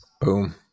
Boom